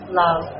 love